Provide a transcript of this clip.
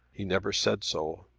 he never said so.